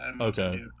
Okay